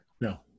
No